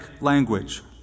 language